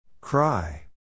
Cry